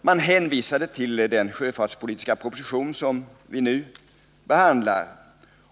Man hänvisade till den sjöfartspolitiska propositionen, som vi nu behandlar.